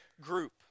group